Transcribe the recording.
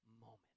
moment